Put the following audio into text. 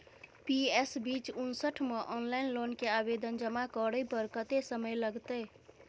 PS B उनसठ म online loan के आवेदन जमा करै पर कत्ते समय लगतै?